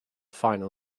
final